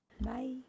Bye